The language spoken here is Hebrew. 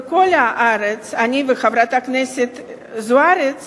שאני וחברת הכנסת זוארץ